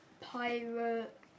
pirate